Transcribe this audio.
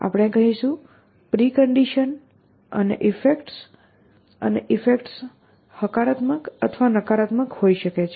આપણે કહીશું પ્રિકન્ડિશન અને ઇફેક્ટ્સ અને ઇફેક્ટ્સ હકારાત્મક અથવા નકારાત્મક હોઈ શકે છે